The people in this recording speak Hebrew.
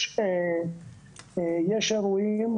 יש אירועים,